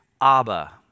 Abba